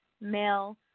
Male